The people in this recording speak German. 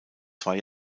zwei